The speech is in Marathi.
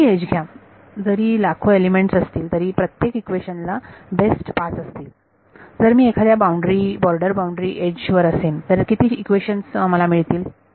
कोणतीही एज घ्या जरी लाखो एलिमेंट्स असतील तरी प्रत्येक इक्वेशन ला बेस्ट पाच असतील जर मी एखाद्या बॉर्डर बाउंड्री एज वर असेन तर किती इक्वेशन्स मला मिळतील